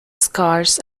scars